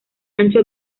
ancho